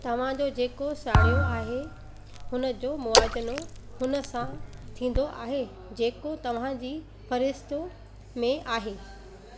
तव्हांजो जेको साड़ियो आहे हुनजो मुवाज़नो हुनसां थींदो आहे जेको तव्हांजी फ़हिरिस्त में आहे